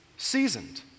seasoned